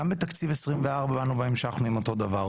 גם בתקציב 2024 המשכנו עם אותו דבר.